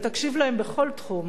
ותקשיב להם בכל תחום.